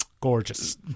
gorgeous